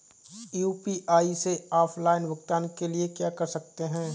UPI से offline भुगतान के लिए क्या कर सकते हैं?